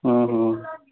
ହଁ ହଁ